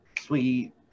sweet